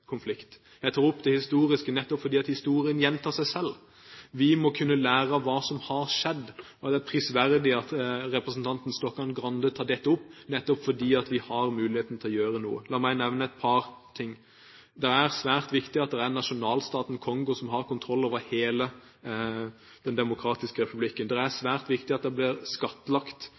konflikt. Jeg tok opp det historiske, nettopp fordi historien gjentar seg. Vi må kunne lære av hva som har skjedd. Det er prisverdig at representanten Stokkan-Grande tar dette opp, nettopp fordi vi har muligheten til å gjøre noe. La meg nevne et par ting. Det er svært viktig at nasjonalstaten Kongo har kontroll over hele den republikken. Det er svært viktig at det som kommer opp fra jorden, blir skattlagt.